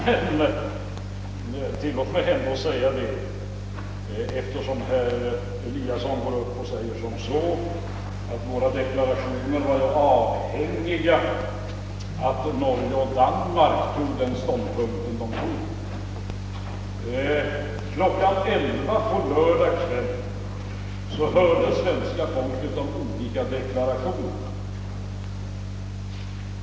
Herr talman! Jag tillhör inte dem som excellerar i att göra livet surt för en debattmotståndare, men tillåt mig ändå korrigera herr Eliassons i Sundborn uppfattning att våra deklarationer var avhängiga av Norges och Danmarks ståndpunktstaganden. Klockan 11 på lördagskvällen hörde svenska folket de olika deklarationerna.